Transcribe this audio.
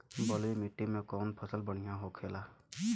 बलुई मिट्टी में कौन फसल बढ़ियां होखे ला?